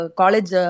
college